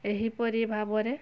ଏହିପରି ଭାବରେ